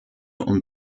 und